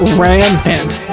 rampant